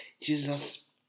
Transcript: Jesus